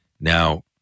now